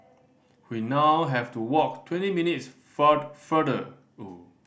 we now have to walk twenty minutes farther